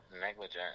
negligent